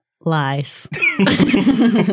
Lies